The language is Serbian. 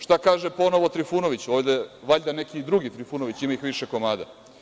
Šta kaže ponovo Trifunović, valjda neki drugi Trifunović, ima ih više komada?